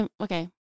Okay